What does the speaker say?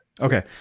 Okay